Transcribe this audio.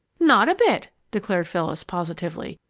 not a bit! declared phyllis, positively.